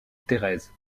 thérèse